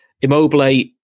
Immobile